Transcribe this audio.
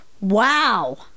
Wow